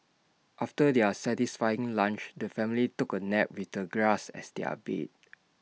after their satisfying lunch the family took A nap with the grass as their bed